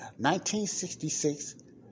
1966